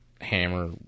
Hammer